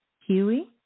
Huey